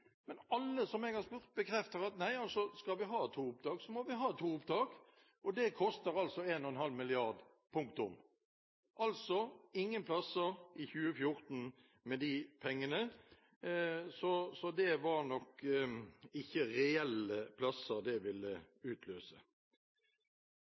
Men alle som jeg har spurt, bekrefter at hvis man skal ha to opptak, må man ha to opptak, og det koster 1,5 mrd. kr. Det blir altså ingen barnehageplasser i 2014 med de pengene. Det var nok ikke reelle barnehageplasser det ville